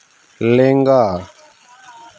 ᱞᱮᱝᱜᱟ